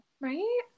right